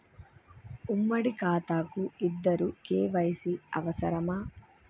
ఉమ్మడి ఖాతా కు ఇద్దరు కే.వై.సీ అవసరమా?